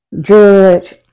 Judge